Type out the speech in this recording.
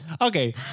Okay